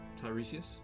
Tiresias